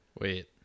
Wait